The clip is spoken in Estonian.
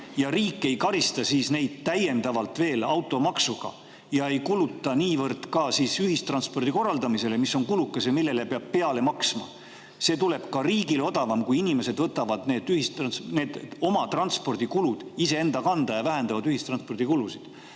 Ja riik ei karista neid täiendavalt automaksuga ega peaks kulutama niivõrd ühistranspordi korraldamisele, mis on kulukas ja millele peab peale maksma. See tuleb ka riigile odavam, kui inimesed võtavad oma transpordikulud enda kanda ja vähendavad ühistranspordikulusid.